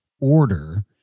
order